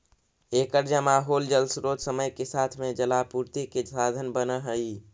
एकर जमा होल जलस्रोत समय के साथ में जलापूर्ति के साधन बनऽ हई